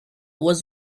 was